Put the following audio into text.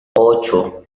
ocho